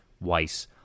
Weiss